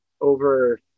over